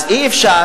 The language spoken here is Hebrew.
אז אי-אפשר